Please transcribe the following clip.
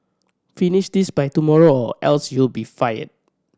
finish this by tomorrow or else you'll be fired